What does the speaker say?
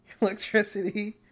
electricity